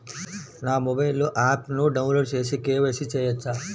నా మొబైల్లో ఆప్ను డౌన్లోడ్ చేసి కే.వై.సి చేయచ్చా?